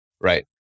right